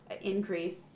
increase